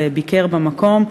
וביקר במקום.